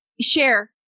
share